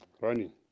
running